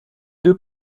deux